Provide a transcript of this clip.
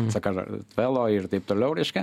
sakartvelo ir taip toliau reiškia